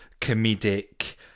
comedic